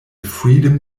freedom